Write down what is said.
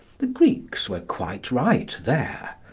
the greeks were quite right there.